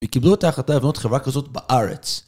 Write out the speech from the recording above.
וקיבלו את ההחלטה לבנות חברה כזאת בארץ